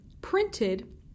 printed